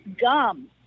gum